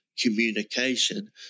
communication